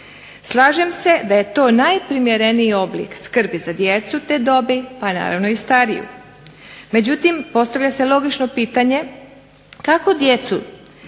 Slažem se da je to najprimjereniji oblik skrbi za djecu te dobi, pa naravno i stariju. Međutim, postavlja se logično pitanje, kako djecu